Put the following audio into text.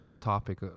topic